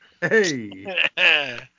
Hey